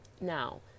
Now